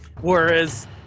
Whereas